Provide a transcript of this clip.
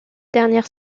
dernière